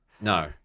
No